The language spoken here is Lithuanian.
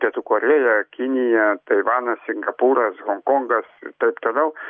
pietų korėja kinija taivanas singapūras honkongas taip toliau